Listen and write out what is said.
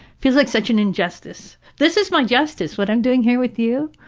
feels like such an injustice. this is my justice. what i'm doing here with you.